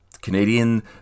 Canadian